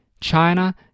China